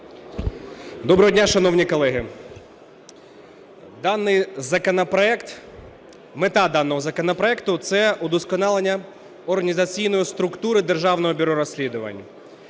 Доброго дня, шановні колеги! Мета даного законопроекту – це удосконалення організаційної структури Державного бюро розслідувань.